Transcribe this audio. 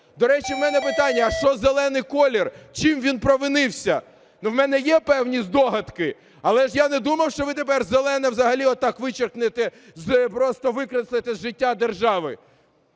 До речі, в мене питання, а що зелений колір, чим він провинився? Ну в мене є певні здогадки, але ж я не думав, що ви тепер зелене взагалі отак вичеркнете, просто викреслите з життя держави.